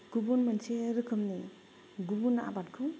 गुबुन मोनसे रोखोमनि गुबुन आबादखौ